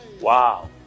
wow